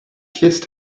kissed